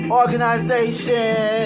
organization